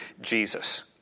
Jesus